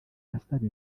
asaba